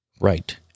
Right